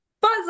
Buzz